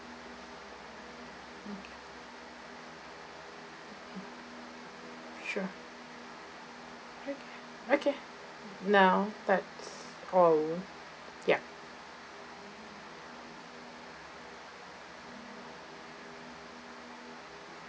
okay sure okay now that's all yup